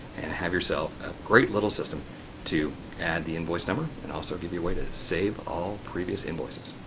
and have yourself a great little system to add the invoice number and also give you a way to save all previous invoices.